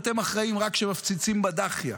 אתם אחראים רק כשמפציצים בדאחייה.